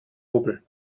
hubbel